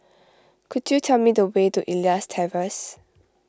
could you tell me the way to Elias Terrace